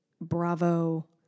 Bravo